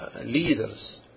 leaders